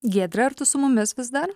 giedre ar tu su mumis vis dar